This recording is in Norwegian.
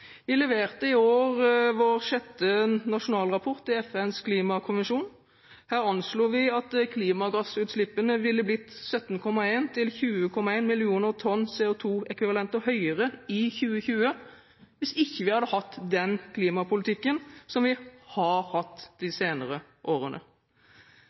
Vi leverte i år vår sjette nasjonalrapport til FNs klimakommisjon. Her anslo vi at klimagassutslippene ville vært 17,1–20,1 millioner tonn CO2-ekvivalenter høyere i 2020 hvis vi ikke hadde hatt den klimapolitikken som vi har hatt de